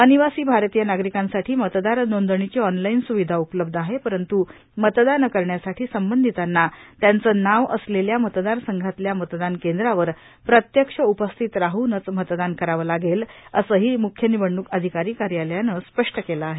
अनिवासी आरतीय नागरिकांसाठी मतदार नोंदणीची ऑनलाईन स्विधा उपलब्ध आहे परंतू मतदान करण्यासाठी संबंधितांना त्यांचं नाव असलेल्या मतदार संघातल्या मतदान केंद्रावर प्रत्यक्ष उपस्थित राहूनच मतदान करावं लागेल असंही म्युख्य निवडणूक अधिकारी कार्यालयानं स्पष्ट केलं आहे